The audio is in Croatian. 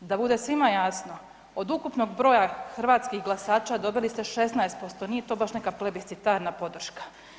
Da bude svima jasno, od ukupnog broja hrvatskih glasača dobili ste 16%, nije to baš neka plebiscitarna podrška.